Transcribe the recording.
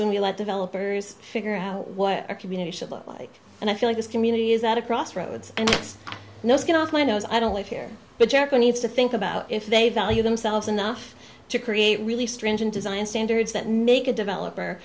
when we let developers figure out what our community should look like and i feel like this community is at a crossroads and no skin off my nose i don't live here but jericho needs to think about if they value themselves enough to create really stringent design standards that make a developer